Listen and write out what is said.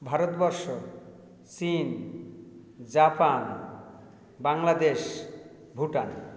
ভারতবর্ষ চিন জাপান বাংলাদেশ ভুটান